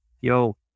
yo